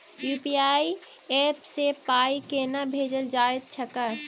UPI app सँ पाई केना भेजल जाइत छैक?